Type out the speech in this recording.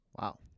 Wow